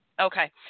Okay